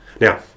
Now